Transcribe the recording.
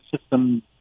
system